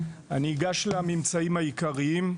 אגש לממצאים העיקריים.